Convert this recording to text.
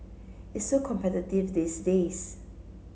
it's so competitive these days